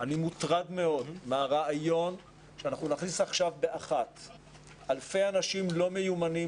אני מוטרד מאוד מהרעיון שאנחנו נכניס עכשיו אלפי אנשים לא מיומנים,